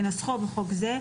כנוסחו בחוק זה,